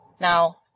Now